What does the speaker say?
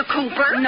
Cooper